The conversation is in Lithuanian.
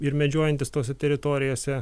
ir medžiojantys tose teritorijose